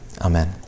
amen